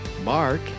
Mark